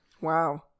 Wow